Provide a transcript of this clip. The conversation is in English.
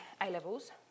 A-levels